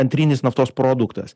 antrinis naftos produktas